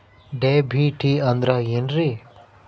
DBT ಅಂದ್ರ ಏನ್ರಿ?